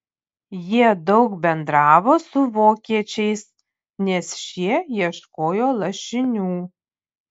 jie daug bendravo su vokiečiais nes šie ieškojo lašinių